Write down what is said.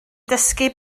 dysgu